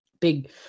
Big